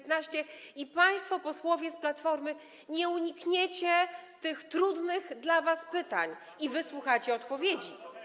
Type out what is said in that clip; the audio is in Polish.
Państwo posłowie z Platformy, nie unikniecie tych trudnych dla was pytań i wysłuchacie odpowiedzi.